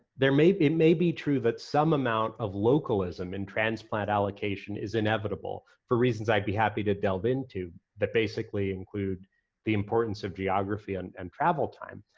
there may be, it may be true that some amount of localism in transplant allocation is inevitable, for reasons i'd be happy to delve into, that basically include the importance of geography and and travel time,